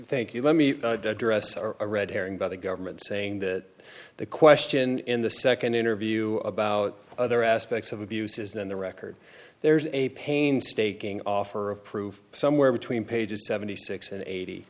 thank you let me address are a red herring by the government saying that the question in the second interview about other aspects of abuses and the record there's a painstaking offer of proof somewhere between pages seventy six and eighty